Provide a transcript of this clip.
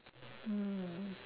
mm